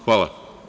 Hvala.